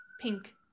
Pink